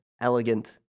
elegant